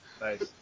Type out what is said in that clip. Nice